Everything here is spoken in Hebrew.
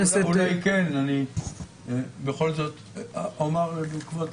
אני אומר בעקבות